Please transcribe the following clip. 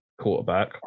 quarterback